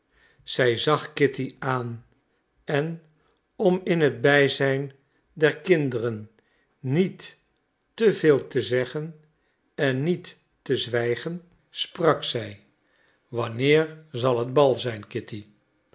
zij zag kitty aan en om in het bijzijn der kinderen niet te veel te zeggen en niet te zwijgen sprak zij wanneer zal het bal zijn kitty